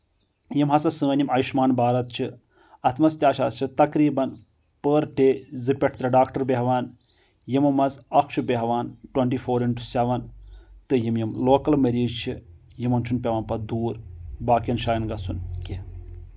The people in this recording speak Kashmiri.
یِم ہسا سٲنۍ یِم آیُشمان بھارت چھِ اتھ منٛز تہِ ہسا چھِ تقریٖبن پٔر ڈے زٕ پؠٹھ ترٛےٚ ڈاکٹر بیٚہوان یِمو منٛز اکھ چھُ بیٚہوان ٹوینٹی فور اِنٹہ سیٚون تہٕ یِم یِم لوکل مٔریذ چھِ یِمن چھُنہٕ پیٚوان پتہٕ دوٗر باقین جایَن گژھُن کینٛہہ